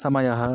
समयः